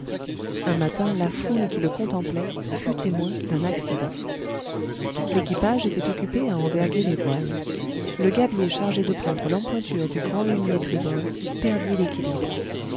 un matin la foule qui le contemplait fut témoin d'un accident l'équipage était occupé à enverguer les voiles le gabier chargé de prendre l'empointure du grand hunier tribord perdit l'équilibre